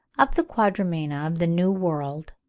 of the quadrumana of the new world,